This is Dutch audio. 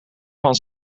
van